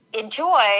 enjoy